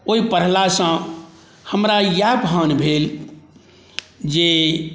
ओहि पढ़ला सॅं हमरा इएह भान भेल जे